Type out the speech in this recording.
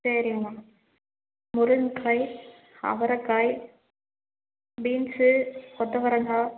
சரிங்கம்மா முருங்கைக்காய் அவரைக்காய் பீன்ஸு கொத்தவரங்காய்